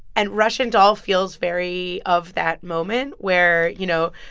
and russian doll feels very of that moment, where, you know,